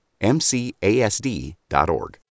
MCASD.org